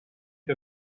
que